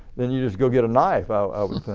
then you just go get a knife i would